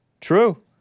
True